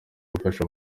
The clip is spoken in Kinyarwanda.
gufasha